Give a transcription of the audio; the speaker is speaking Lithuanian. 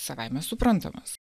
savaime suprantamas